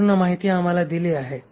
संपूर्ण माहिती आम्हाला दिली आहे